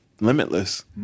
limitless